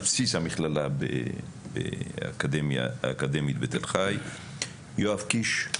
על בסיס המכללה האקדמית בתל חי, יואב קיש,